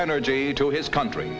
energy to his country